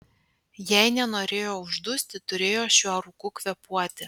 jei nenorėjo uždusti turėjo šiuo rūku kvėpuoti